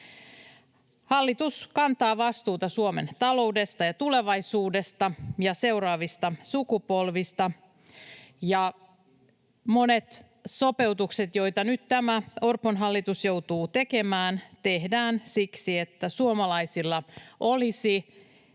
Hallitus kantaa vastuuta Suomen taloudesta ja tulevaisuudesta ja seuraavista sukupolvista, ja monet sopeutukset, joita nyt tämä Orpon hallitus joutuu tekemään, tehdään siksi, että suomalaisilla olisi